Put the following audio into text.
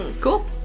Cool